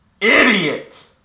Idiot